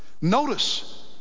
notice